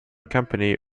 company